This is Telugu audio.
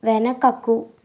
వెనకకు